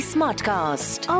Smartcast